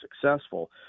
successful